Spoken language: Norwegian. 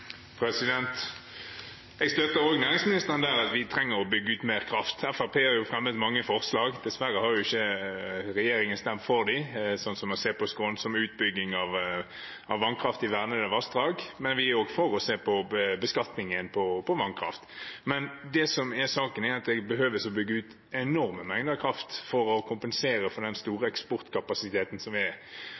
Jeg støtter også næringsministeren i at vi trenger å bygge ut mer kraft. Fremskrittspartiet har fremmet mange forslag. Dessverre har ikke regjeringspartiene stemt for dem, f.eks. å se på skånsom utbygging av vannkraft i vernede vassdrag, men vi er også for å se på beskatningen på vannkraft. Det som er saken, er at det behøves å bygge ut enorme mengder kraft for å kompensere for den store eksportkapasiteten som er.